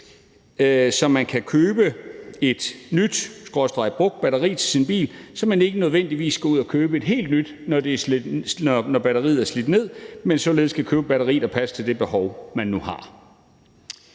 så man kan købe et nyt – skråstreg – brugt batteri til sin bil, så man ikke nødvendigvis skal ud at købe et helt nyt, når batteriet er slidt ned, men således kan købe et batteri, der passer til det behov, man nu har.